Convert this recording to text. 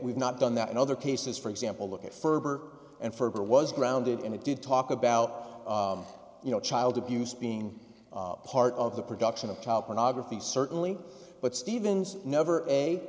we've not done that in other cases for example look at ferber and further was grounded in it did talk about you know child abuse being part of the production of child pornography certainly but stevens never a